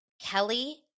Kelly